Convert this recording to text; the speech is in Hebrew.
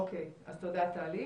אוקיי, אז תודה, טלי.